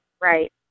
right